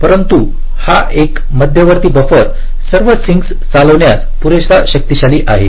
परंतु हा एक मध्यवर्ती बफर सर्व सिंकस चालविण्यास पुरेसे शक्तिशाली आहे